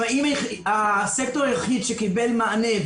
הסקטור היחיד שקיבל מענה,